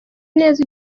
neza